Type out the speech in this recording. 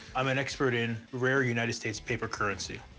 i'm an expert in rare united states paper currency.